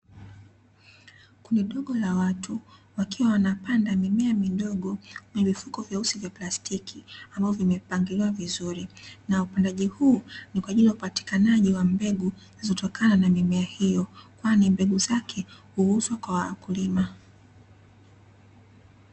Kundi dogo la watu wakiwa wanapanda mimea midogo kwenye vijifuko vidogo vyeusi vya plastiki ambavyo vimepangiliwa vizuri, na upandaji huu ni kwa ajili ya upatikanaji wa mbegu zinatokana na mimea hiyo, kwani mbegu zake huuzwa kwa wakulima.